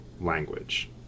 language